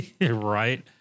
right